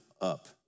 up